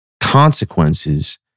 consequences